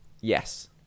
yes